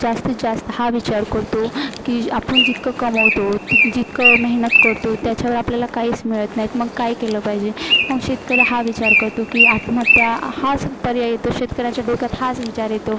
जास्तीत जास्त हा विचार करतो की जर आपण जितकं कमवतो ती जितकं मेहनत करतो त्याच्यावर आपल्याला काहीच मिळत नाही मग काय केलं पाहिजे मग शेतकरी हा विचार करतो की आत्महत्या हाच पर्याय येतो शेतकऱ्याच्या डोक्यात हाच विचार येतो